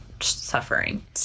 Suffering